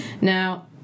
now